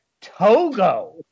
Togo